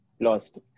lost